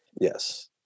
Yes